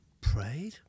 prayed